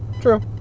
True